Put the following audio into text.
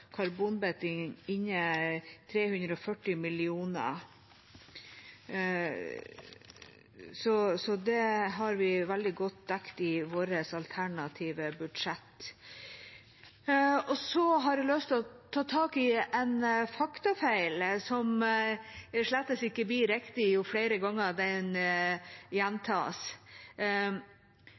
vi veldig godt dekket i vårt alternative budsjett. Videre har jeg lyst til å ta tak i en faktafeil, som slett ikke blir riktig jo flere ganger den gjentas.